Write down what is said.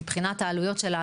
מבחינת העלויות שלה,